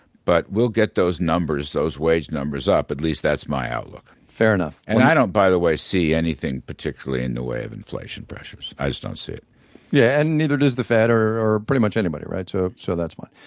but we'll get those numbers, those wage numbers up, at least that's my outlook fair enough and i don't, by the way, see anything particularly in the way of inflation pressures. i just don't see it yeah and neither does does the fed or or pretty much anybody, right? so so that's fine.